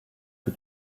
que